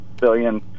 billion